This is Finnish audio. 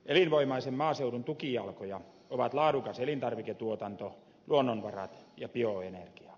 elinvoimaisen maaseudun tukijalkoja ovat laadukas elintarviketuotanto luonnonvarat ja bioenergia